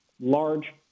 large